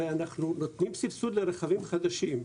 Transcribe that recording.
הרי אנחנו נותנים סבסוד לרכבים חדשים,